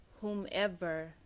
whomever